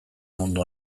mundu